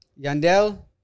Yandel